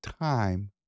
time